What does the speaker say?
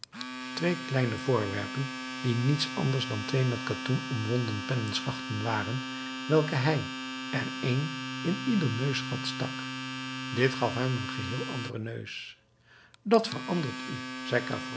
twee kleine voorwerpen die niets anders dan twee met katoen omwonden penneschachten waren van welke hij er een in ieder neusgat stak dit gaf hem een geheel anderen neus dat verandert u zei